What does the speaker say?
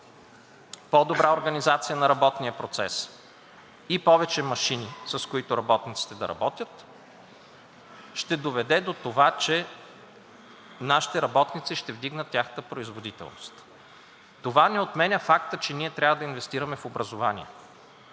по-добра организация на работния процес и повече машини, с които работниците да работят, ще доведе до това, че нашите работници ще вдигнат своята производителност. Това не отменя факта, че ние трябва да инвестираме в образованието,